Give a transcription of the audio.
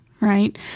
right